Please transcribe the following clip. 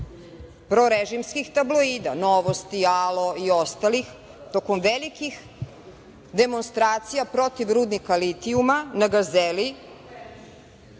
prorežimskih tabloida „Novosti“, „Alo“ i ostalih tokom velikih demonstracija protiv rudnika litijuma na Gazeli,